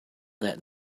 that